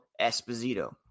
Esposito